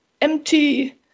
empty